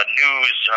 news